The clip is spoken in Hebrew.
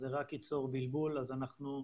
אז כמו ששמעתם,